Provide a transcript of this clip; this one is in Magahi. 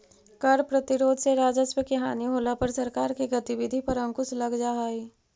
कर प्रतिरोध से राजस्व के हानि होला पर सरकार के गतिविधि पर अंकुश लग जा हई